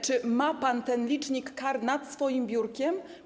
Czy ma pan ten licznik kar nad swoim biurkiem?